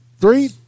three